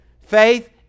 Faith